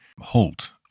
halt